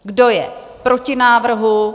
Kdo je proti návrhu?